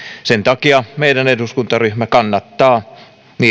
sen takia meidän eduskuntaryhmämme kannattaa